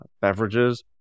beverages